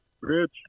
Rich